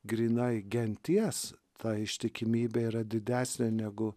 grynai genties ta ištikimybė yra didesnė negu